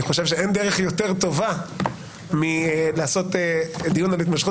אני חושב שאין דרך יותר טובה מלעשות דיון על התמשכות